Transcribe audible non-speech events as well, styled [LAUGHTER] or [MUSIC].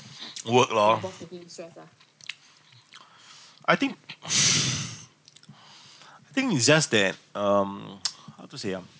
work loh [NOISE] I think [BREATH] I think it's just that um [NOISE] how to say ah